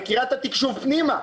קריית התקשוב התכנסה פנימה,